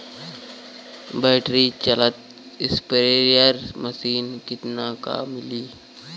Battery चलत sprayer machine कितना क मिली?